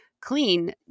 clean